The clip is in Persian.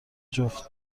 جفت